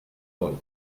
vol